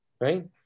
right